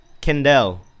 Kendall